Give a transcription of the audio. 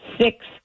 six